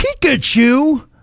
Pikachu